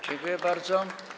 Dziękuję bardzo.